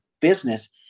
business